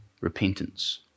repentance